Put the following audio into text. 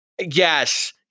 yes